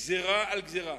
גזירה על גזירה.